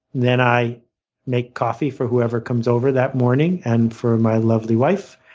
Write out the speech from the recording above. then i make coffee for whoever comes over that morning and for my lovely wife.